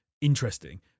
interesting